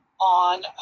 on